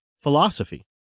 philosophy